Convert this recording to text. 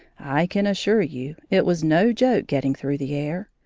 i can assure you it was no joke getting through the air.